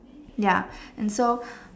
ya and so